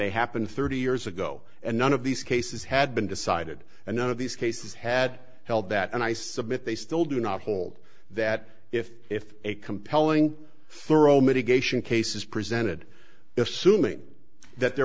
they happened thirty years ago and none of these cases had been decided and none of these cases had held that and i submit they still do not hold that if if a compelling thorough mitigation case is presented assuming that there